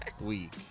week